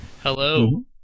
Hello